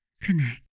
connect